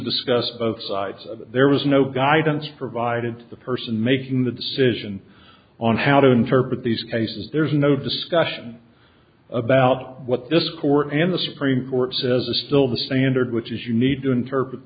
discuss both sides of it there was no guidance provided to the person making the decision on how to interpret these cases there's no discussion about what this court and the supreme court says is still the standard which is you need to interpret